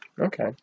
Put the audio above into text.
Okay